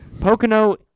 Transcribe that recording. Pocono